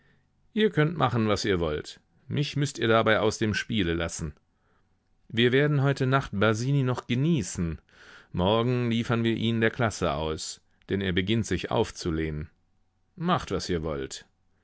ihr könnt machen was ihr wollt mich müßt ihr dabei aus dem spiele lassen wir werden heute nacht basini noch genießen morgen liefern wir ihn der klasse aus denn er beginnt sich aufzulehnen macht was ihr wollt